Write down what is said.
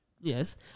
Yes